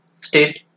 state